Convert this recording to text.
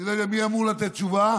אני לא יודע מי אמור לתת תשובה,